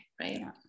Right